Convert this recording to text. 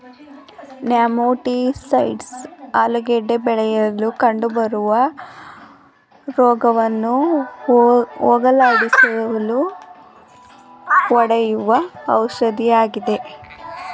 nematicides ಆಲೂಗೆಡ್ಡೆ ಬೆಳೆಯಲಿ ಕಂಡುಬರುವ ರೋಗವನ್ನು ಹೋಗಲಾಡಿಸಲು ಹೊಡೆಯುವ ಔಷಧಿಯಾಗಿದೆ